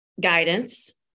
guidance